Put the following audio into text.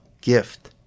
gift